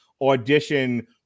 audition